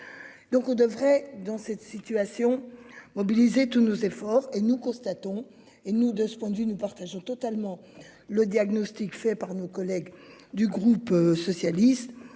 Donc on devrait dans cette situation mobiliser tous nos efforts et nous constatons et nous de ce point de vue nous partageons totalement le diagnostic fait par nos collègues du groupe socialiste,